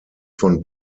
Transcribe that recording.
von